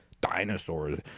Dinosaurs